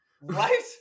right